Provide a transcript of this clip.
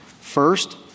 First